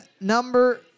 number